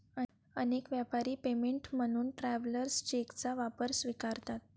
अनेक व्यापारी पेमेंट म्हणून ट्रॅव्हलर्स चेकचा वापर स्वीकारतात